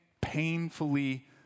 painfully